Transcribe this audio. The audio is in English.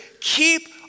keep